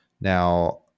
Now